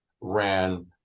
ran